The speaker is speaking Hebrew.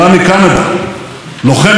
לוחם בחטיבת גבעתי.